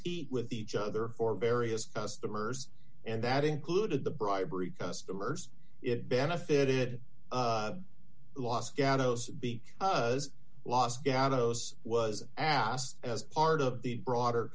compete with each other for various customers and that included the bribery customers it benefited los gatos because los gatos was asked as part of the broader